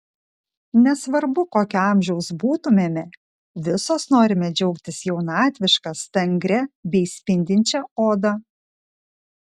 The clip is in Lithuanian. nesvarbu kokio amžiaus būtumėme visos norime džiaugtis jaunatviška stangria bei spindinčia oda